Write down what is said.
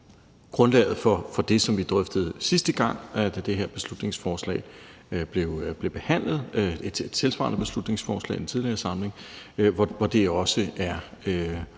grundlaget for det, som vi drøftede sidste gang, da det her beslutningsforslag blev behandlet – et tilsvarende beslutningsforslag i en tidligere samling – også er